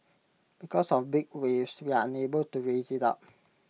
because of big waves we are unable to raise IT up